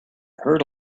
heard